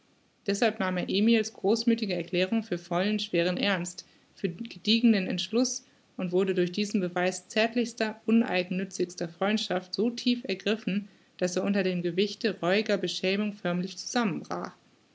deßhalb nahm er emil's großmüthige erklärung für vollen schweren ernst für gediegenen entschluß und wurde durch diesen beweis zärtlichster uneigennützigster freundschaft so tief ergriffen daß er unter dem gewichte reuiger beschämung förmlich zusammenbrach